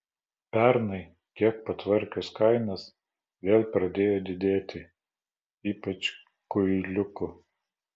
pernai kiek patvarkius kainas vėl pradėjo didėti ypač kuiliukų